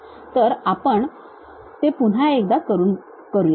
तर आपण ते पुन्हा एकदा करूया